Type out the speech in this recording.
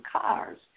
cars